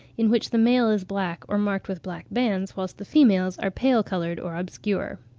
in which the male is black or marked with black bands, whilst the females are pale-coloured or obscure.